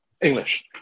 English